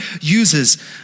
uses